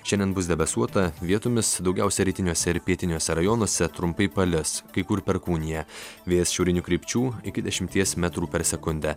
šiandien bus debesuota vietomis daugiausia rytiniuose ir pietiniuose rajonuose trumpai palis kai kur perkūnija vėjas šiaurinių krypčių iki dešimties metrų per sekundę